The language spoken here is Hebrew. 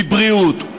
מבריאות,